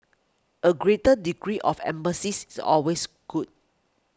a greater degree of empathy is the always good